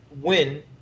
win